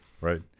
right